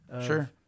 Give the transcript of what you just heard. Sure